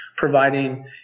providing